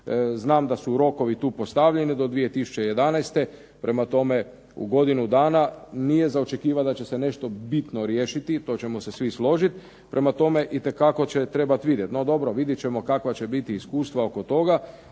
Znam da su rokovi tu postavljeni do 2011., prema tome u godinu dana nije za očekivati da će se nešto bitno riješiti, to ćemo se svi složiti. Prema tome, itekako će trebati vidjeti. No dobro, vidjet ćemo kakva će biti iskustva oko toga,